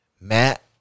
Matt